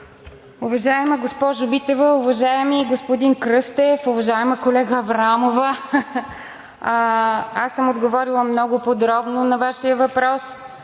Уважаема госпожо Митева, уважаеми господин Кръстев, уважаема колега Аврамова, аз съм отговорила много подробно на Вашия въпрос.